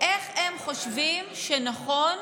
איך הם חושבים שנכון